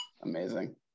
Amazing